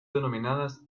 denominadas